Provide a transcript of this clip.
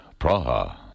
Praha